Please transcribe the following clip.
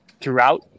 throughout